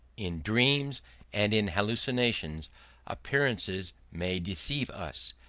in dreams and in hallucinations appearances may deceive us,